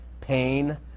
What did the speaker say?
pain